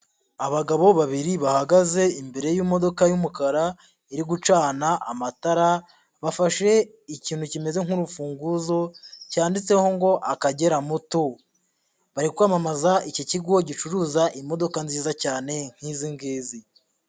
Abagabo babiri bahagaze imbere y'imodoka y'umukara iri gucana amatara, bafashe ikintu kimeze nk'urufunguzo cyanditseho ngo Akagera moto, bari kwamamaza iki kigo gicuruza imodoka nziza cyane nk'izi nginzi.